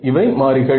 இவை மாறிகள்